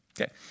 Okay